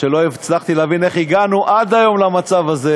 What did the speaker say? לא הצלחתי להבין איך הגענו עד היום למצב הזה